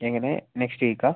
എങ്ങനെ next week ആണോ